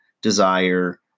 desire